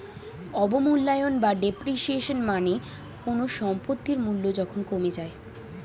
অবমূল্যায়ন বা ডেপ্রিসিয়েশন মানে কোনো সম্পত্তির মূল্য যখন কমে যায়